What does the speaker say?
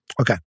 Okay